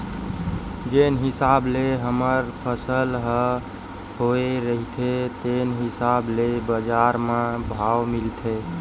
जेन हिसाब ले हमर फसल ह होए रहिथे तेने हिसाब ले बजार म भाव मिलथे